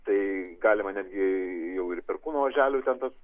tai galima netgi jau ir perkūno oželio ten tas